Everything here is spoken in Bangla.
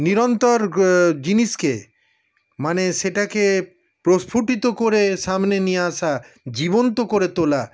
নিরন্তর জিনিসকে মানে সেটাকে প্রস্ফুটিত করে সামনে নিয়ে আসা জীবন্ত করে তোলা